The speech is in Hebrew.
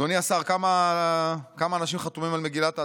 אדוני השר, כמה אנשים חתומים על מגילת העצמאות?